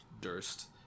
Durst